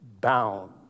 bound